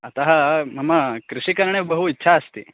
अतः मम कृषिकरणे बहु इच्छा अस्ति